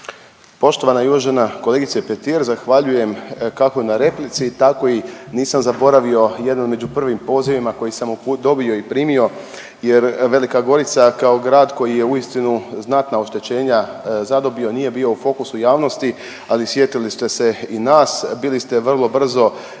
Poštovana i uvažena kolegice Petir zahvaljujem kako na replici tako i nisam zaboravio jednu među prvim pozivima koji sam dobio i primio jer Velika Gorica kao grad koji je uistinu znatna oštećenja zadobio nije bio u fokusu javnosti, ali sjetili ste se i nas, bili ste vrlo brzo i među